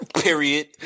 period